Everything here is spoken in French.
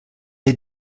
est